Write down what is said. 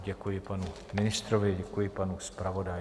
Děkuji panu ministrovi, děkuji panu zpravodaji.